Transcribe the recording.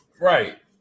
Right